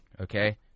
okay